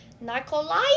Nikolai